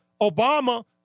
Obama